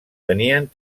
tenien